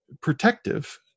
protective